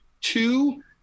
two